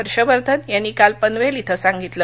हर्ष वर्धन यांनी काल पनवेल इथं सांगितलं